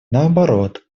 наоборот